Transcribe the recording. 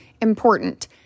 important